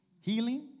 Healing